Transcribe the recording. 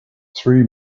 three